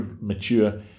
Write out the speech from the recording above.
mature